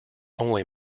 only